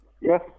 Yes